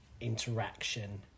interaction